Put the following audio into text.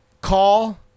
call